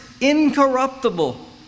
incorruptible